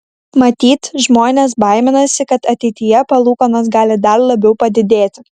matyt žmonės baiminasi kad ateityje palūkanos gali dar labiau padidėti